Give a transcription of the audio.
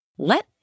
Let